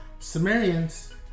Sumerians